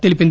తెలిపింది